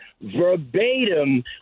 verbatim